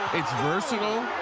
it's versatile.